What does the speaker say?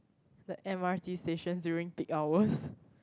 that M_R_T station during peak hours